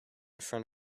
front